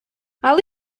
але